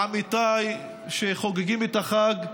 לעמיתיי שחוגגים את החג,